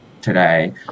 today